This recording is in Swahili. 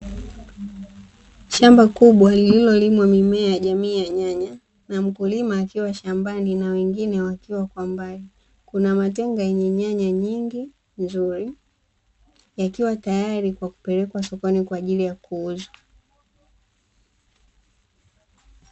Shamba kubwa lililolimwa mimea jamii ya nyanya. Na mkulima akiwa shambani na wengine wakiwa kwa mbali. Kuna matenga yenye nyanya nyingi nzuri, yakiwa tayari kwa kupelekwa sokoni kwa ajili ya kuuzwa.